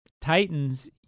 Titans